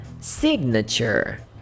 signature